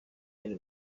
yari